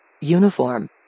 uniform